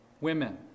women